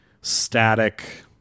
static